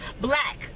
Black